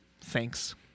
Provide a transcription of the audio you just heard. thanks